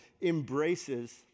embraces